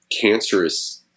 cancerous